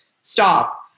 stop